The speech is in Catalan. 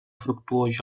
fructuós